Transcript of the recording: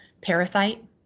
parasite